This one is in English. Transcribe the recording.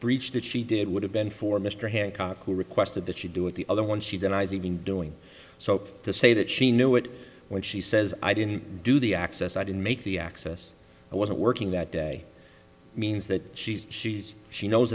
breach that she did would have been for mr hancock who requested that she do it the other one she denies even doing so to say that she knew it when she says i didn't do the access i didn't make the access i wasn't working that day means that she's she's she knows